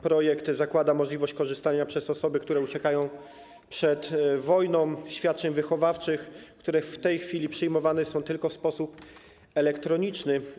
Projekt zakłada możliwość korzystania przez osoby, które uciekają przed wojną, ze świadczeń wychowawczych, a wnioski o nie w tej chwili przyjmowane są tylko w sposób elektroniczny.